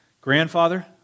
Grandfather